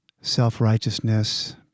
self-righteousness